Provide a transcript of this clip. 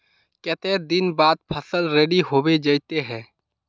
केते दिन बाद फसल रेडी होबे जयते है?